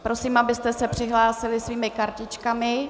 Prosím, abyste se přihlásili svými kartičkami.